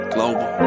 Global